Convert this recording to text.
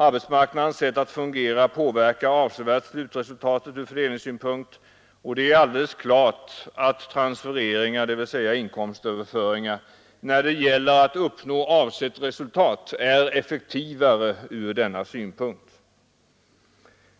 Arbetsmarknadens sätt att fungera påverkar avsevärt slutresultatet från fördelningssynpunkt, och det är alldeles klart att transfereringar, dvs. inkomstöverföringar, är effektivare från denna synpunkt när det gäller att uppnå avsett resultat.